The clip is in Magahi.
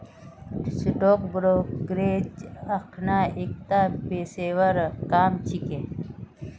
स्टॉक ब्रोकरेज अखना एकता पेशेवर काम छिके